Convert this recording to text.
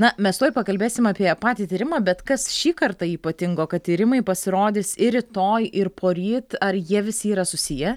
na mes tuoj pakalbėsim apie patį tyrimą bet kas šį kartą ypatingo kad tyrimai pasirodys ir rytoj ir poryt ar jie visi yra susiję